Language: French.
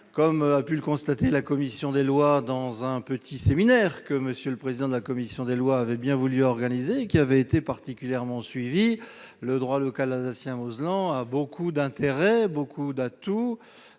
comme a pu le constater, la commission des lois dans un petit séminaire que monsieur le président de la commission des Lois avait bien voulu organiser et qui avait été particulièrement suivi le droit local alsacien Rouslan a beaucoup d'intérêt, beaucoup d'atouts,